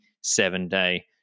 seven-day